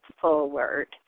forward